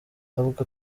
avuga